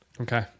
Okay